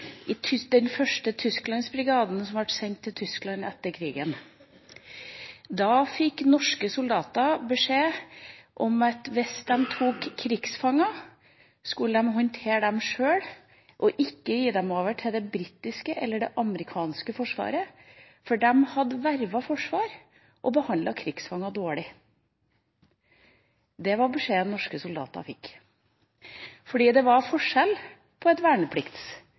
i den første tysklandsbrigaden som ble sendt til Tyskland etter krigen. Da fikk norske soldater beskjed om at hvis de tok krigsfanger, skulle de håndtere dem sjøl og ikke gi dem over til det britiske eller det amerikanske forsvaret, for de hadde et vervet forsvar og behandlet krigsfanger dårlig. Det var beskjeden norske soldater fikk. Det var forskjell på et